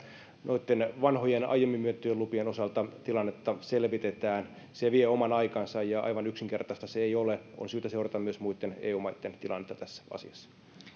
noitten vanhojen aiemmin myönnettyjen lupien osalta tilannetta selvitetään se vie oman aikansa ja aivan yksinkertaista se ei ole on syytä seurata myös muitten eu maitten tilannetta tässä asiassa edustaja biaudet